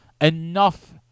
enough